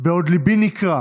"בעוד ליבי נקרע